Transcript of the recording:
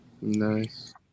Nice